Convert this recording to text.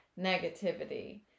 negativity